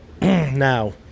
now